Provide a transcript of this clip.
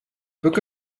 book